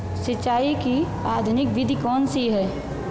सिंचाई की आधुनिक विधि कौनसी हैं?